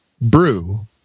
brew